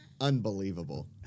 Unbelievable